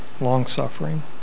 long-suffering